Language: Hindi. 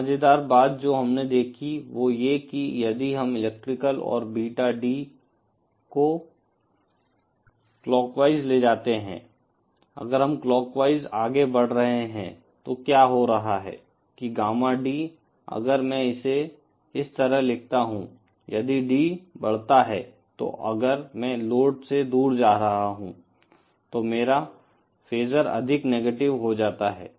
एक मज़ेदार बात जो हमने देखी वो ये की यदि हम इलेक्ट्रिकल और बीटा D को क्लॉकवाइज ले जाते हैं अगर हम क्लॉकवाइज आगे बढ़ रहे हैं तो क्या हो रहा है कि गामा D अगर मैं इसे इस तरह लिखता हूं यदि D बढ़ता है तो अगर मैं लोड से दूर जा रहा हूं तो मेरा फेसर अधिक नेगेटिव हो जाता है